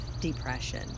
depression